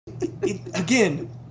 again